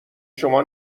شما